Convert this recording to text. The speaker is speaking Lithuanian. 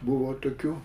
buvo tokių